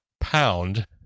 pound